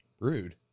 rude